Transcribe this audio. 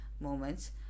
moments